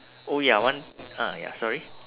oh ya one ah ya sorry